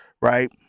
right